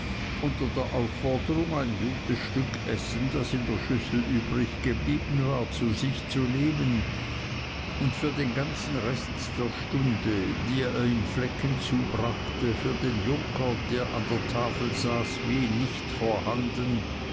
unter der aufforderung ein gutes stück essen das in der schüssel übriggeblieben war zu sich zu nehmen und für den ganzen rest der stunde die er im flecken zubrachte für den junker der an der tafel saß wie nicht vorhanden